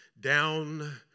down